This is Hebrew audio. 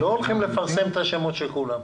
--- לא הולכים לפרסם את השמות של כולם.